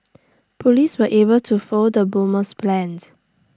Police were able to foil the bomber's plans